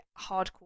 hardcore